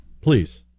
please